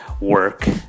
work